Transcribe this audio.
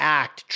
act